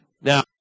now